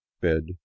bed